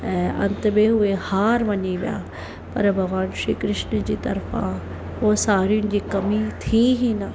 ऐं अंत में उहे हार मनी विया पर भॻवानु श्री कृष्ण जी तरफ़ा पोइ साड़ियुनि जी कमी थी ई न